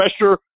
pressure